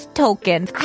tokens